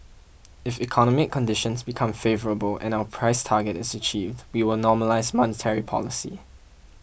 if economic conditions become favourable and our price target is achieved we will normalise monetary policy